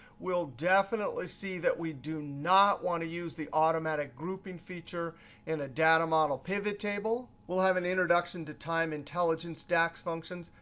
we'll definitely see that we do not want to use the automatic grouping feature in a data model pivottable. we'll have an introduction to time intelligence dax functions,